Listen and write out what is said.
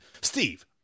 Steve